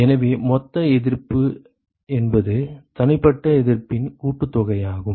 எனவே மொத்த எதிர்ப்பு என்பது தனிப்பட்ட எதிர்ப்பின் கூட்டுத்தொகையாகும்